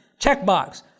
checkbox